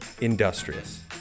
Industrious